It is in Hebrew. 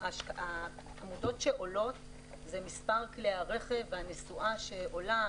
העמודות שעולות זה מספר כלי הרכב והנסועה שעולה,